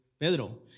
Pedro